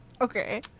Okay